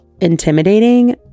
intimidating